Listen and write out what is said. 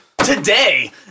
today